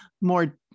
more